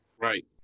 Right